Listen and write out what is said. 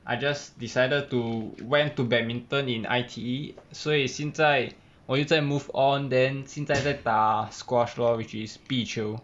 I just decided to went to badminton in I_T_E 所以现在我又在 move on then 现在在打 squash lor which is 壁球